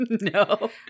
No